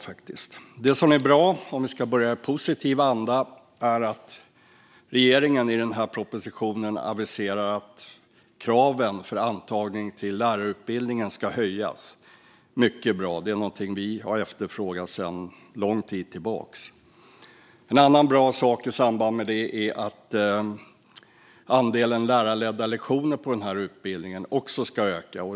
Om jag ska börja i positiv anda kan jag säga att det som är bra är att regeringen i propositionen aviserar att kraven för antagning till lärarutbildningen ska höjas. Det är mycket bra, och det är något som vi har efterfrågat sedan lång tid tillbaka. En annan bra sak är att andelen lärarledda lektioner på utbildningen också ska öka.